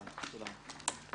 הישיבה ננעלה בשעה 13:47.